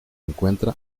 encuentra